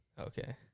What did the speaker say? Okay